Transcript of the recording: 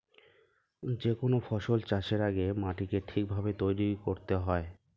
যে কোনো ফসল চাষের আগে মাটিকে ঠিক ভাবে তৈরি করতে হয়